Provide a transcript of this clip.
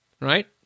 Right